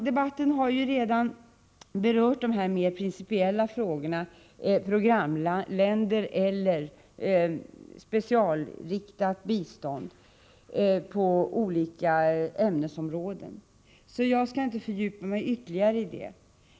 Debatten har redan berört de här mera principiella frågorna — om programländer eller specialinriktat bistånd inom olika områden — så jag skall inte fördjupa mig ytterligare i det.